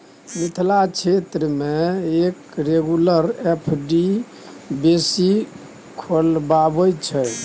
मिथिला क्षेत्र मे लोक रेगुलर एफ.डी बेसी खोलबाबै छै